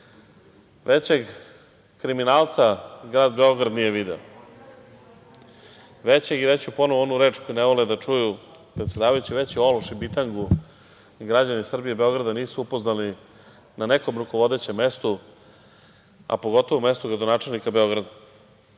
većeg kriminalca grad Beograd nije video, ponoviću onu reč koju ne vole da čuju predsedavajući, veći ološ i bitangu građani Srbije i Beograda nisu upoznali na nekom rukovodećem mestu, a pogotovo na mestu gradonačelnika Beograda. Dragan